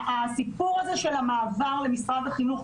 הסיפור הזה של המעבר למשרד החינוך,